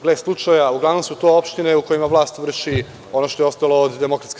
Gle slučaja, uglavnom su to opštine u kojima vlast vrši ono što je ostalo od DS.